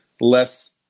less